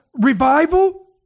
revival